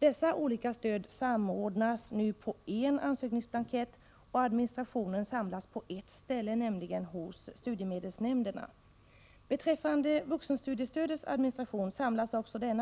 Dessa olika stöd samordnas nu på en ansökningsblankett, och administrationen samlas på ett ställe, nämligen hos studiemedelsnämnderna. Också vuxenstudiestödets administration samlas